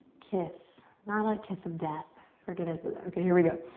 kiss. not a kiss of death. forget i said that. okay, here we go.